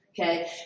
Okay